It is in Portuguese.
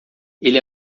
ele